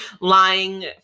lying